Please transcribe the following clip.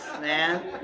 man